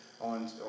on